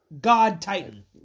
God-Titan